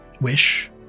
wish